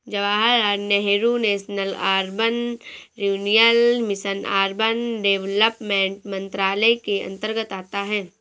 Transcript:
Jawaharlal Nehru national urban renewal mission urban development मंत्रालय के अंतर्गत आता है